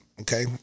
okay